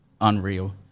Unreal